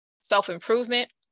self-improvement